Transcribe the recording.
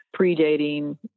predating